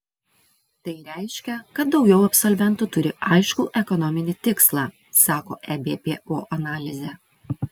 tai reiškia kad daugiau absolventų turi aiškų ekonominį tikslą sako ebpo analizė